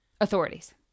Authorities